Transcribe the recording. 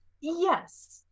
Yes